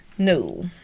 no